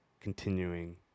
continuing